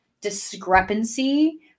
discrepancy